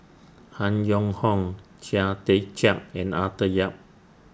Han Yong Hong Chia Tee Chiak and Arthur Yap